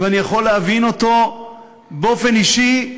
ואני יכול להבין אותו באופן אישי,